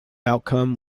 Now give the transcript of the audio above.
outcome